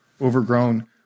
overgrown